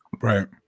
right